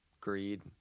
greed